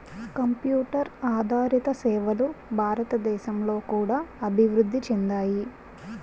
computer ఆదారిత సేవలు భారతదేశంలో కూడా అభివృద్ధి చెందాయి